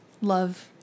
Love